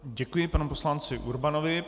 Děkuji panu poslanci Urbanovi.